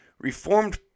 Reformed